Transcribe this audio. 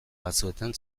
batzuetan